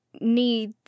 need